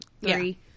three